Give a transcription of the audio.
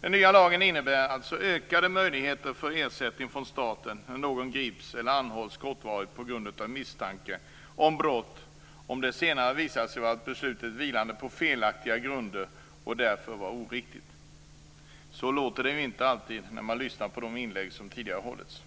Den nya lagen innebär alltså ökade möjligheter för ersättning från staten när någon grips eller anhålls kortvarigt på grund av misstanke om brott om det senare visar sig att beslutet vilade på felaktiga grunder och därför var oriktigt. Så låter det inte alltid när man lyssnar på de inlägg som tidigare hållits.